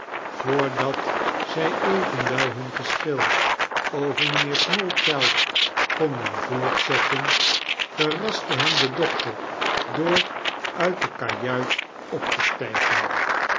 voordat zij evenwel hun geschil over mynheer smallchild konden voortzetten verraste hen de dokter door uit de kajuit op te stijgen